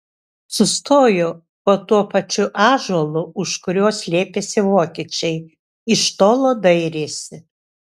sustojo po tuo pačiu ąžuolu už kurio slėpėsi vokiečiai iš tolo dairėsi